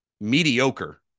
mediocre